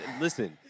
listen